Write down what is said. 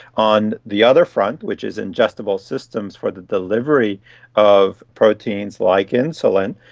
on the other front, which is ingestible systems for the delivery of proteins like insulin,